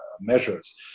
measures